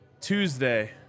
tuesday